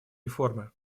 реформы